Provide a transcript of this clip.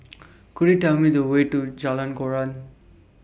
Could YOU Tell Me The Way to Jalan Koran